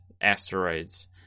Asteroids